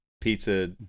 Pizza